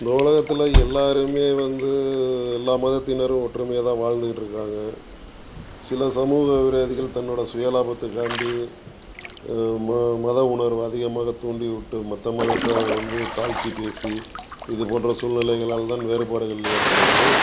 இந்த உலகத்தில் எல்லாருமே வந்து எல்லா மதத்தினரும் ஒற்றுமையாக தான் வாழ்ந்துக்கிட்டுருக்காங்க சில சமூக விரோதிகள் தன்னோட சுய லாபத்துக்காண்டி ம மத உணர்வு அதிகமாக தூண்டி விட்டு மற்ற மதத்தை வந்து தாழ்த்தி பேசி இது போன்ற சூழ்நிலைகளால் தான் வேறுபாடுகள் ஏற்படுது